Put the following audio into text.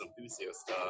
enthusiast